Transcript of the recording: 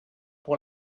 pour